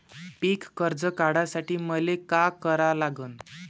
पिक कर्ज काढासाठी मले का करा लागन?